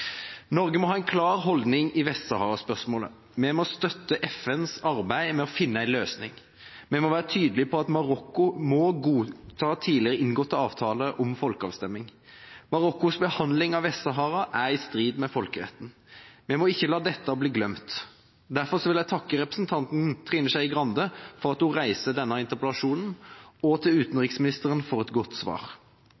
Norge må ha en klar holdning i Vest-Sahara-spørsmålet. Vi må støtte FNs arbeid med å finne en løsning. Vi må være tydelige på at Marokko må godta tidligere inngåtte avtaler om folkeavstemning. Marokkos behandling av Vest-Sahara er i strid med folkeretten. Vi må ikke la dette bli glemt. Derfor vil jeg takke representanten Trine Skei Grande for at hun reiser denne interpellasjonen, og